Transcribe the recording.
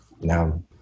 now